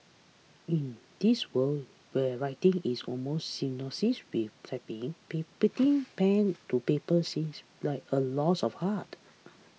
in this world where writing is almost synonymous with typing be putting pen to paper seems like a lost of art